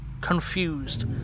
confused